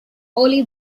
only